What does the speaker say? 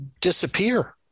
disappear